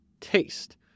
Taste